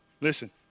listen